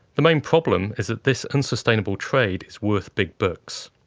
the main problem is that this unsustainable trade is worth big bucks.